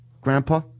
grandpa